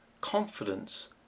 confidence